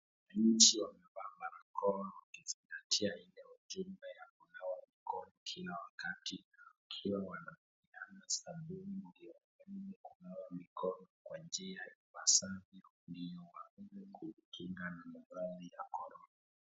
Wananchi wamevaa barakoa wakizingatia ile ujumbe ya kunawa mikono kila wakati, wakiwa wanapeana sabuni ndo waweze kunawa kwa njia ipasavyo ndio waweze kukinga na madhara ya corona.